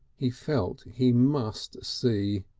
he felt he must see.